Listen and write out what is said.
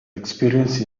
experience